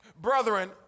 Brethren